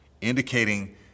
Indicating